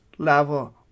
level